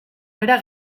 bera